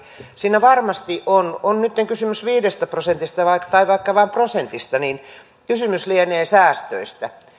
siinä varmasti on on nytten kysymys viidestä prosentista tai vaikka vain prosentista kysymys lienee säästöistä